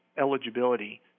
eligibility